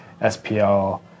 SPL